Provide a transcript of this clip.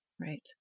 Right